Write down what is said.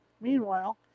Meanwhile